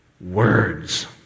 words